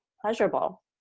pleasurable